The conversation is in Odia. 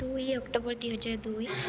ଦୁଇ ଅକ୍ଟୋବର ଦୁଇହଜାର ଦୁଇ